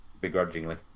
begrudgingly